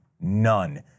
None